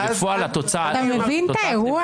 ובפועל תוצאת הלוואי של זה שהחקירה --- אתה מבין את האירוע?